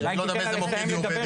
שאני לא יודע באיזה מוקד היא עובדת,